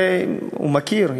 שהוא מכיר,